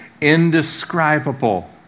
indescribable